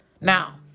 Now